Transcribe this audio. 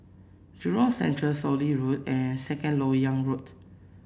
Jurong Central Soon Lee Road and Second LoK Yang Road